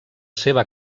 seva